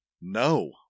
no